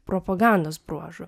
propagandos bruožų